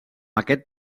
aquest